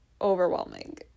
overwhelming